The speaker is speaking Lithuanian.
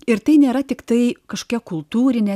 ir tai nėra tiktai kažkokia kultūrinė